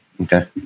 Okay